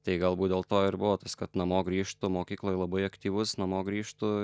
tai galbūt dėl to ir buvo tas kad namo grįžtu mokykloj labai aktyvus namo grįžtu